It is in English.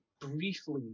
briefly